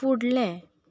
फुडलें